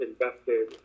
invested